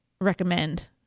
recommend